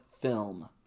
film